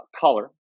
color